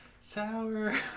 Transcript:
Sour